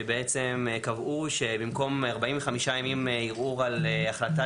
שקבעו שבמקום 45 ימים ערעור על החלטה